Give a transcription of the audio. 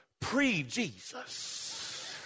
pre-Jesus